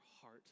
heart